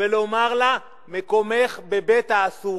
מוזמן להתקשר ולומר לה: מקומך בבית-האסורים,